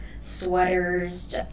sweaters